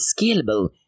scalable